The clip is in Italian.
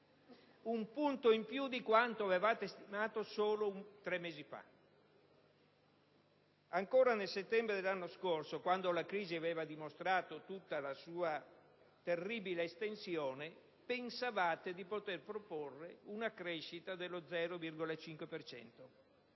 un punto in più di quanto avevate stimato solo tre mesi fa. Ancora nel settembre dell'anno scorso, quando la crisi aveva dimostrato tutta la sua terribile estensione, pensavate di poter proporre una crescita dello 0,5